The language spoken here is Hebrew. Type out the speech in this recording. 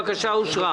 הבקשה אושרה.